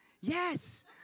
yes